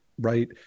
right